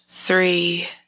Three